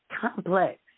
complex